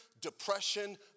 depression